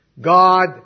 God